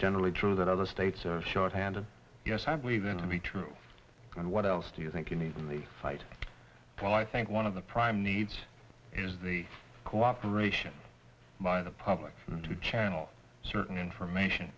generally true that other states are shorthanded yes i'm going to be true and what else do you think you need in the fight well i think one of the prime needs is the cooperation mine the public to channel certain information